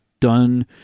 done